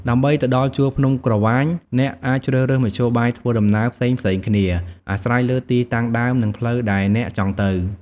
ដើម្បីទៅដល់ជួរភ្នំក្រវាញ អ្នកអាចជ្រើសរើសមធ្យោបាយធ្វើដំណើរផ្សេងៗគ្នា អាស្រ័យលើទីតាំងដើម និងផ្លូវដែលអ្នកចង់ទៅ។